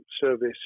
service